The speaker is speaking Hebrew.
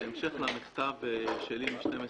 בהמשך למכתב שלי מ-12